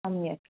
सम्यक्